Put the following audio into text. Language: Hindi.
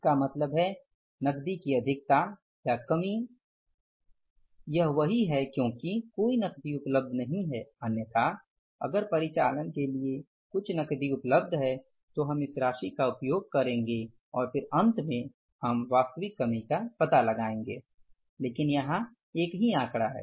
इसका मतलब है नकदी की अधिकता कमी है यह वही है क्योंकि कोई नकदी उपलब्ध नहीं है अन्यथा अगर परिचालन के लिए कुछ नकदी उपलब्ध है तो हम इस राशि का उपयोग करेंगे और फिर अंत में हम वास्तविक कमी का पता लगाएंगे लेकिन यहां यह एक ही आंकड़ा है